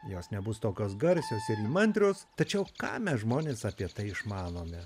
jos nebus tokios garsios ir mantros tačiau ką mes žmonės apie tai išmanome